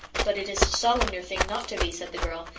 but it is a solemner thing not to be said the girl.